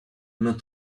not